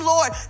Lord